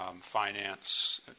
Finance